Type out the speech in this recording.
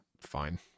fine